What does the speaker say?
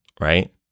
right